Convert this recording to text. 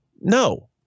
No